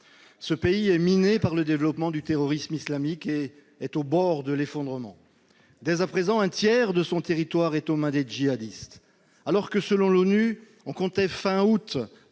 Ce pays, miné par le développement du terrorisme islamique, est au bord de l'effondrement. Un tiers de son territoire est déjà aux mains des djihadistes. Alors que, selon l'ONU, on comptait fin août